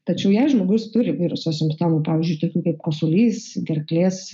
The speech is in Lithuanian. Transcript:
tačiau jei žmogus turi viruso simptomų pavyzdžiui tokių kaip kosulys gerklės